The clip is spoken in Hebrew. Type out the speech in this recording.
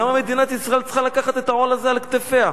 למה מדינת ישראל צריכה לקחת את העול הזה על כתפיה?